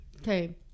Okay